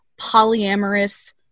polyamorous